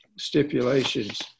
stipulations